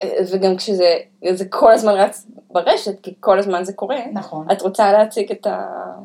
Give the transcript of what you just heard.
וגם כשזה זה כל הזמן רץ ברשת, כי כל הזמן זה קורה, נכון, את רוצה להציג את ה...